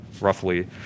roughly